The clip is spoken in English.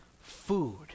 food